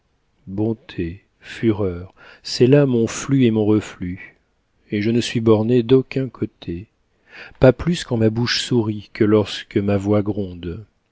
bonté fureur c'est là mon flux et mon reflux et je ne suis borné d'aucun côté pas plus quand ma bouche sourit que lorsque ma voix gronde